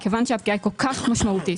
מכיוון שהפגיעה היא כל כך משמעותית.